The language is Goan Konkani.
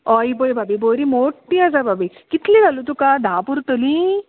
हय ही पळय भाभी बरी मोठी आसा भाभी कितली घालूं तुका धा पुरो तरी